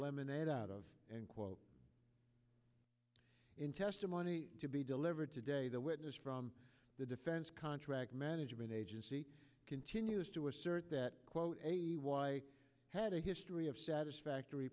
lemonade out of and quote in testimony to be delivered today the witness from the defense contract management agency continues to assert that quote had a history of satisfactory